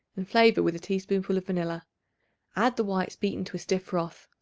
and flavor with a teaspoonful of vanilla add the whites beaten to a stiff froth.